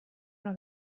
una